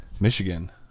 Michigan